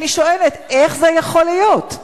אני שואלת: איך זה יכול להיות?